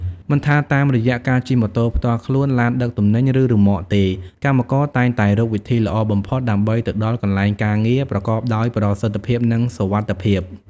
មិនថាតាមរយៈការជិះម៉ូតូផ្ទាល់ខ្លួន ឡានដឹកទំនិញ ឬរ៉ឺម៉កទេ កម្មករតែងតែរកវិធីល្អបំផុតដើម្បីទៅដល់កន្លែងការងារប្រកបដោយប្រសិទ្ធភាពនិងសុវត្ថិភាព។